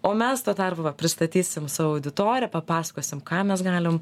o mes tuo tarpu va pristatysim savo auditoriją papasakosim ką mes galim